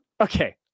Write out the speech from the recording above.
Okay